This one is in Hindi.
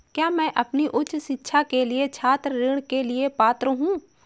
क्या मैं अपनी उच्च शिक्षा के लिए छात्र ऋण के लिए पात्र हूँ?